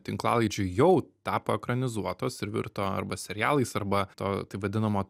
tinklalaidžių jau tapo ekranizuotos ir virto arba serialais arba to taip vadinamo